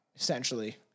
Essentially